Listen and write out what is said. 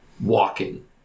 walking